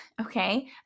okay